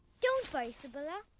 don't worry, subala.